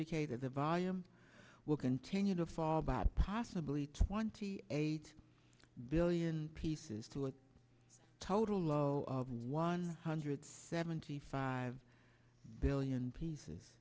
icated the volume will continue to fall by possibly twenty eight billion pieces to a total low of one hundred seventy five billion pieces